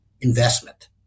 investment